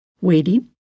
waiting